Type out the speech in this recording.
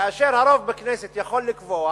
כאשר רוב בכנסת יכול לקבוע